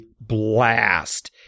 blast